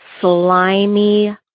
slimy